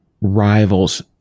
rivals